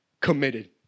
committed